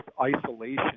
isolation